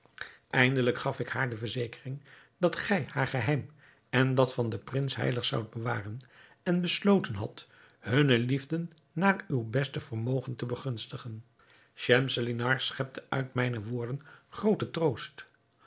eindelijk gaf ik haar de verzekering dat gij haar geheim en dat van den prins heilig zoudt bewaren en besloten hadt hunne liefde naar uw beste vermogen te begunstigen schemselnihar schepte uit mijne woorden grooten troost